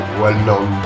well-known